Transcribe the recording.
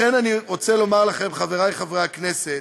אני רוצה לומר לכם, חברי חברי הכנסת,